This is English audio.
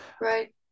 Right